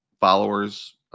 followers